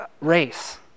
race